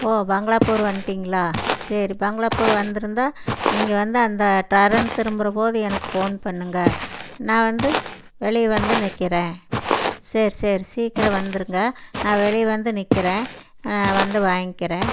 ஓ பங்களாப்பூர் வந்துட்டிங்களா சரி பங்களாப்பூர் வந்திருந்தா நீங்கள் வந்து அந்த டரன் திரும்புகிறபோது எனக்கு ஃபோன் பண்ணுங்கள் நான் வந்து வெளியே வந்து நிற்கிறேன் சேரி சேரி சீக்கிரம் வந்துடுங்க நான் வெளியே வந்து நிற்கிறேன் வந்து வாய்ங்க்கிறேன்